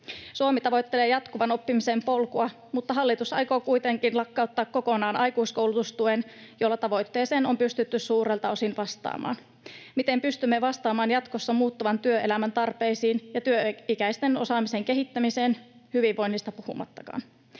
Suomi tavoittelee jatkuvan oppimisen polkua, mutta hallitus aikoo kuitenkin lakkauttaa kokonaan aikuiskoulutustuen, jolla tavoitteeseen on pystytty suurelta osin vastaamaan. Miten pystymme vastaamaan jatkossa muuttuvan työelämän tarpeisiin ja työikäisten osaamisen kehittämiseen, hyvinvoinnista puhumattakaan?